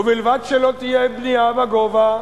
ובלבד שלא תהיה בנייה לגובה,